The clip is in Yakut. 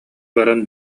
баран